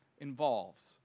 involves